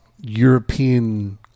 European